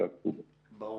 ברור.